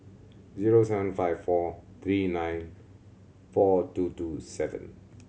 zero seven five four three nine four two two seven